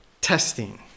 testing